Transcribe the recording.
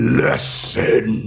lesson